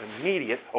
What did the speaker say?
immediate